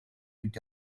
with